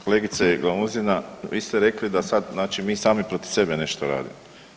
Kolegice Glamuzina, vi ste rekli da sad, znači mi sami protiv sebe nešto radimo.